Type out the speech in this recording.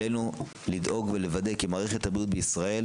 עלינו לדאוג ולוודא כי מערכת הבריאות בישראל